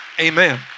Amen